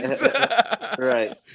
Right